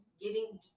giving